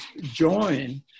join